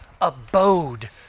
abode